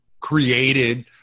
created